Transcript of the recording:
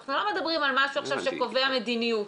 אנחנו לא מדברים על משהו שקובע מדיניות.